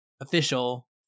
official